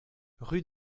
rue